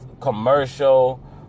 commercial